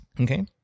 Okay